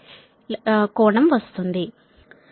3 కోణం వస్తుంది